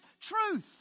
truth